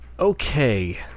Okay